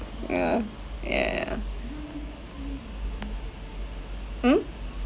yeah yeah mm